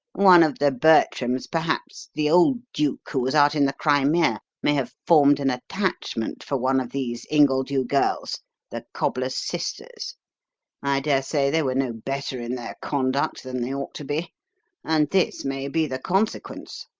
one of the bertrams, perhaps the old duke who was out in the crimea, may have formed an attachment for one of these ingledew girls the cobbler's sisters i dare say they were no better in their conduct than they ought to be and this may be the consequence.